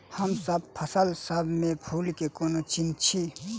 हमसब फसल सब मे फूल केँ कोना चिन्है छी?